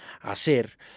hacer